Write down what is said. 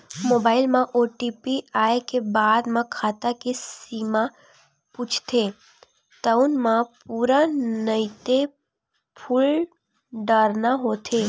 mobile म OTP आए के बाद म खाता के सीमा पूछथे तउन म पूरा नइते फूल डारना होथे